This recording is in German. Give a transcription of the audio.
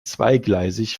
zweigleisig